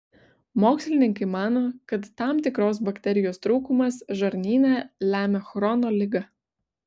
mokslininkai mano kad tam tikros bakterijos trūkumas žarnyne lemia chrono ligą